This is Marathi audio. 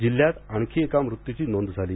जिल्ह्यात आणखी एका मृत्यूची नोंद झाली